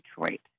Detroit